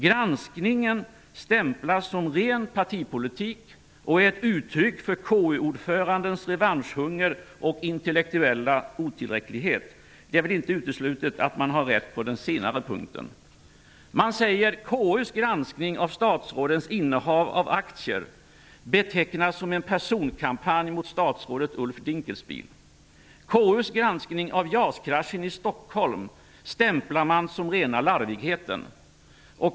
Granskningen stämplas som ren partipolitik och som ett uttryck för KU-ordförandens revanschhunger och intellektuella otillräcklighet. Det är väl inte uteslutet att man har rätt på den sista punkten. KU:s granskning av statsrådens innehav av aktier betecknas som en personkampanj mot statsrådet KU:s granskning av JAS-kraschen i Stockholm stämplar man som rena larvigheten.